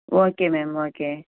okay ma'am okay